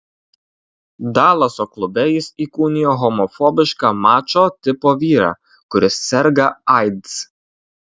dalaso klube jis įkūnijo homofobišką mačo tipo vyrą kuris serga aids